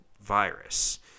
virus